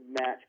match